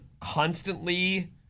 constantly